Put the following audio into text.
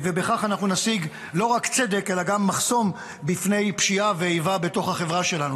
בכך נשיג לא רק צדק אלא גם מחסום בפני פשיעה ואיבה בתוך החברה שלנו.